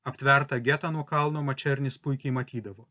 aptvertą getą nuo kalno mačernis puikiai matydavo